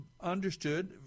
understood –